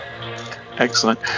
Excellent